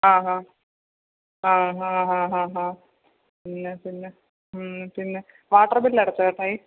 ആ ഹാ ആ ഹ ഹ ഹ ഹ പിന്നെ പിന്നെ ഹും പിന്നെ വാട്ടർ ബില്ലടച്ചോ ചേട്ടായി